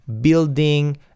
building